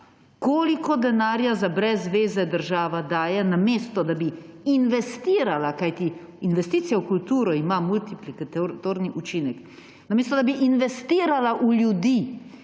Koliko denarja brez zveze država daje, namesto da bi investirala, kajti investicijo v kulturo ima multiplikatorni učinek. Namesto da bi investirala v ljudi!